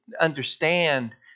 understand